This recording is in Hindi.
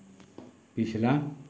पिछला